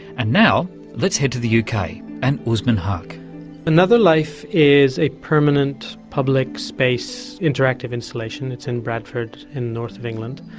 and now let's head to the uk ah and usman haque. another life is a permanent public space interactive installation, it's in bradford in the north of england,